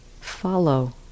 follow